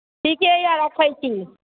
ठीके अइ रखय छी